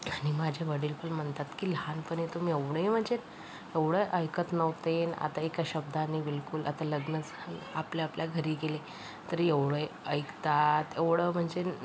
आणि माझे वडील पण म्हणतात की लहानपणी तुम्ही एवढे म्हणजे एवढं ऐकत नव्हते आणि आता एका शब्दाने बिलकूल आता लग्न झालं आपल्या आपल्या घरी गेले तरी एवढे ऐकतात एवढं म्हणजे